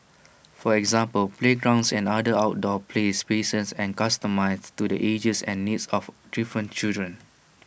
for example playgrounds and other outdoor play spaces and customised to the ages and needs of different children